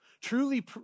truly